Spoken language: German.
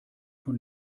von